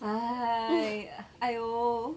!hais! !aiyo!